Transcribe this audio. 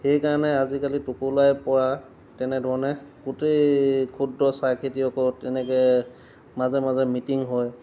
সেইকাৰণে আজিকালি টোকোলাই পৰা তেনেধৰণে গোটেই ক্ষুদ্ৰ চাহ খেতিয়কৰ তেনেকৈ মাজে মাজে মিটিং হয়